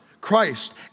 Christ